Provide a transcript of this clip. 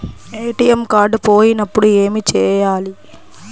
ATM card పోయినప్పుడు ఏమి చేయాలి?